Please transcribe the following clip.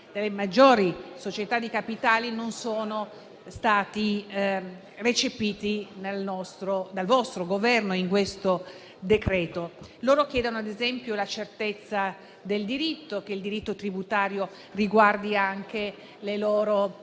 dalle maggiori società di capitali non sono stati recepiti dal vostro Governo in questo disegno di legge. Chiedono, ad esempio, la certezza del diritto, che il diritto tributario riguardi anche le loro